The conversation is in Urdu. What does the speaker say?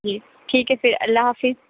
جی ٹھیک ہے پھر اللہ حافظ